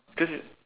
cause it